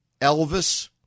Elvis